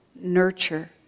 nurture